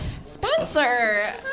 Spencer